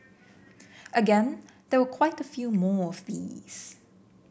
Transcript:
again there were quite a few more of these